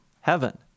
heaven